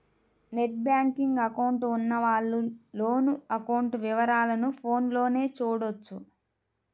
net banking account ఉన్నవాళ్ళు loan account వివరాలను ఫోన్లోనే చూడొచ్చు